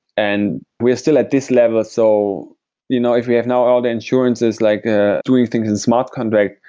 and we are still at this level. so you know if we have now all the insurances, like ah doing things in smart contract,